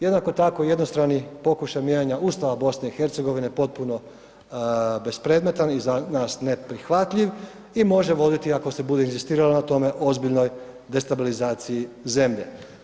Jednako tako jednostrani pokušaj mijenjanja Ustava BiH potpuno bespredmetan i za nas neprihvatljiv i može voditi ako se bude inzistiralo na tome ozbiljnoj destabilizaciji zemlje.